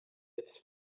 its